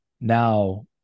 now